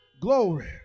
Glory